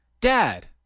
Dad